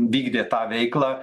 vykdė tą veiklą